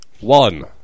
One